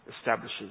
establishes